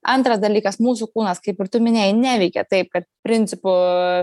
antras dalykas mūsų kūnas kaip ir tu minėjai neveikia taip kad principu